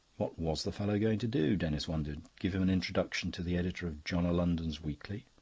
what was the fellow going to do? denis wondered give him an introduction to the editor of john o' london's weekly,